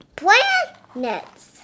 planets